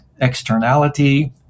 externality